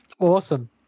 Awesome